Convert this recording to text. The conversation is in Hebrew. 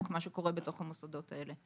בתוך מה שקורה בתוך המוסדות האלה.